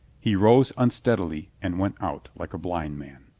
he rose unsteadily and went out like a blind man.